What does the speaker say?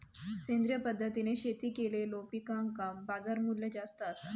सेंद्रिय पद्धतीने शेती केलेलो पिकांका बाजारमूल्य जास्त आसा